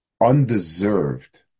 undeserved